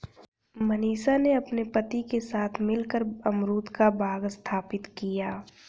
मनीषा ने अपने पति के साथ मिलकर अमरूद का बाग स्थापित किया